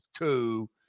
coup